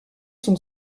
sont